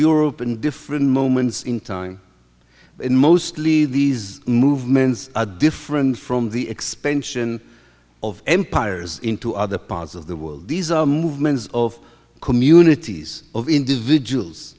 europe and different moments in time and mostly these movements are different from the expansion of empires into other parts of the world these are movements of communities of individuals